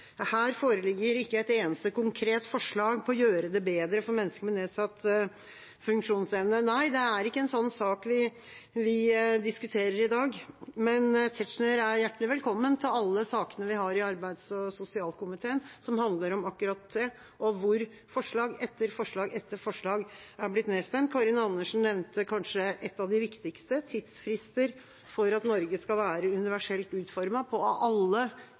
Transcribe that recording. Her foreligger ikke et eneste konkret forslag om å gjøre det bedre for mennesker med nedsatt funksjonsevne. – Nei, det er ikke en sånn sak vi diskuterer i dag, men Tetzschner er hjertelig velkommen til alle sakene vi har i arbeids- og sosialkomiteen som handler om akkurat det, og hvor forslag etter forslag etter forslag er blitt nedstemt. Karin Andersen nevnte kanskje ett av de viktigste: tidsfrister for at Norge skal være universelt utformet på alle